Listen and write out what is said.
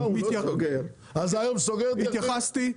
התייחסתי,